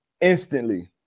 instantly